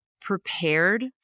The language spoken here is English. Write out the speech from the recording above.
prepared